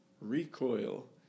recoil